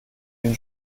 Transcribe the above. den